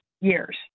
years